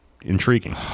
intriguing